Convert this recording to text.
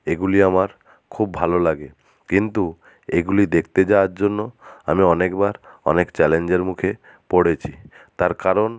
এগুলি আমার খুব ভালো লাগে কিন্তু এগুলি দেখতে যাওয়ার জন্য আমি অনেকবার অনেক চ্যালেঞ্জের মুখে পড়েছি তার কারণ